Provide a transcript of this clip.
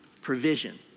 provision